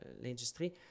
l'industrie